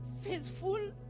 faithful